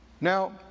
Now